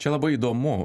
čia labai įdomu